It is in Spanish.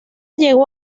llegó